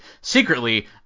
Secretly